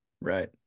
right